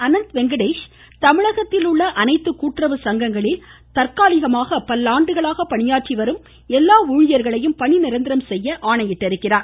அனந்த் வெங்கடேஷ் தமிழகத்தில் உள்ள அனைத்து கூட்டுறவு சங்கங்களில் தற்காலிகமாக பல ஆண்டுகளாக பணியாற்றி வரும் எல்லா ஊழியர்களையும் பணி நிரந்தரம் செய்ய ஆணையிட்டுள்ளார்